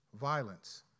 violence